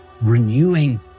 renewing